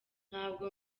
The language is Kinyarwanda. ntabwo